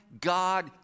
God